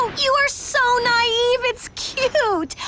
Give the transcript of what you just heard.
you are so naive, it's cute.